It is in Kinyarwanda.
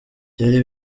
byari